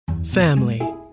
Family